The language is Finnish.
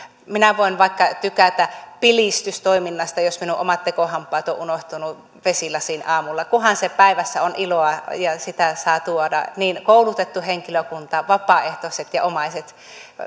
minä voin vaikka tykätä pilistystoiminnasta jos minun omat tekohampaani ovat unohtuneet vesilasiin aamulla kunhan siinä päivässä on iloa ja sitä saavat tuoda niin koulutettu henkilökunta vapaaehtoiset kuin omaiset